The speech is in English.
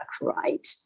right